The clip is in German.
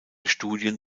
studien